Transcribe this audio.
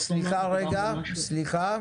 מדובר ברפורמה חיונית,